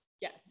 Yes